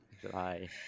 July